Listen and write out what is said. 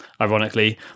ironically